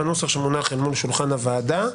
בנוסח שמונח על שולחן הוועדה,